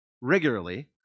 regularly